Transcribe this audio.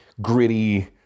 Gritty